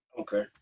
Okay